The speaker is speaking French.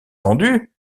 rendus